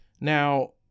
now